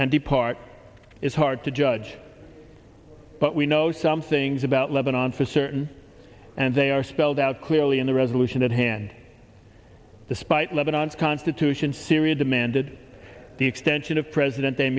the part is hard to judge but we know some things about lebanon for certain and they are spelled out clearly in the resolution at hand despite lebanon's constitution syria demanded the extension of president